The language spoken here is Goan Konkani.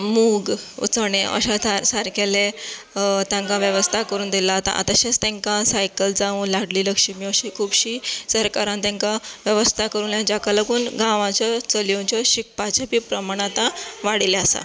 मूग चणें अश्या सारकिलें तांकां वेवस्था करून दिलां तशेंच तांकां सायकल जांव लाडली लक्ष्मी अशीं खुबशीं सरकारान तांकां वेवस्था करुन जाका लागून गांवाच्यो चलयोच्यो शिकपाचें प्रमाण आतां वाडिल्लें आसा